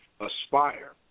Aspire